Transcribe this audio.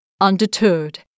Undeterred